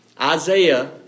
Isaiah